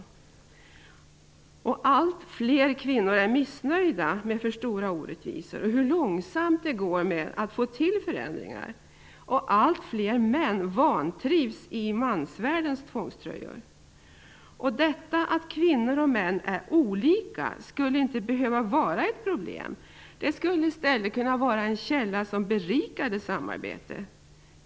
Det blir allt fler kvinnor som är missnöjda med alltför stora orättvisor och med hur långsamt det går att få till stånd förändringar. Allt fler män vantrivs i mansvärldens tvångströjor. Detta att kvinnor och män är olika skulle inte behöva vara ett problem. Det skulle i stället kunna vara en källa till ett berikande samarbete.